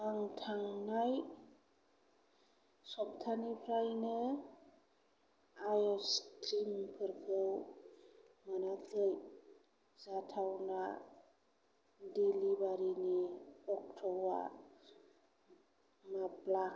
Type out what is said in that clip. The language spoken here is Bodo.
आं थांनाय सपथानिफ्रायनो आइस क्रिमफोरखौ मोनाखै जाथावना डेलिबारिनि अक्ट'आ माब्ला